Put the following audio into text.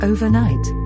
Overnight